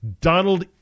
Donald